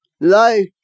life